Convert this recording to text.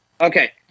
Okay